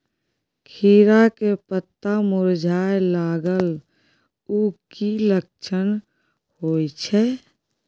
खीरा के पत्ता मुरझाय लागल उ कि लक्षण होय छै?